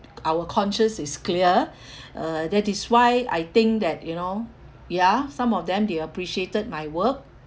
our conscience is clear uh that is why I think that you know ya some of them they appreciated my work